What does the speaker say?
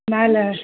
மேலே